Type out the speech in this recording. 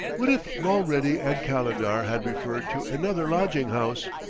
what if mulready and calendar had referred to another lodging-house?